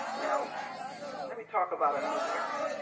now let me talk about a new area